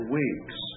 weeks